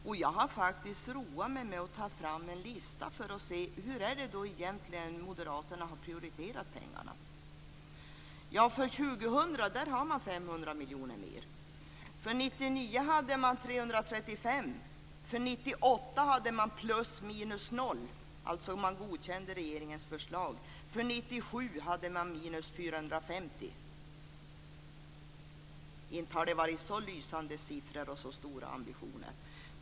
Jag har faktiskt roat mig med att ta fram en lista för att se hur moderaterna egentligen har prioriterat. För 2000 har man 500 miljoner mer. För 1999 hade man 335 miljoner mer. För 1998 hade man ?0. Man godkände alltså regeringens förslag. För 1997 hade man 450 miljoner. Inte har det varit så lysande siffror och så stora ambitioner.